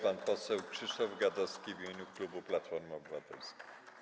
Pan poseł Krzysztof Gadowski w imieniu klubu Platformy Obywatelskiej.